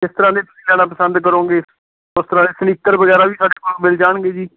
ਕਿਸ ਤਰ੍ਹਾਂ ਦੇ ਤੁਸੀਂ ਲੈਣਾ ਪਸੰਦ ਕਰੋਗੇ ਉਸ ਤਰ੍ਹਾਂ ਦੇ ਸਨੀਕਰ ਵਗੈਰਾ ਵੀ ਸਾਡੇ ਕੋਲ ਮਿਲ ਜਾਣਗੇ ਜੀ